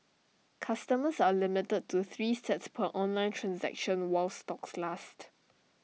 customers are limited to three sets per online transaction while stocks last